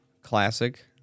Classic